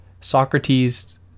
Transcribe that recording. Socrates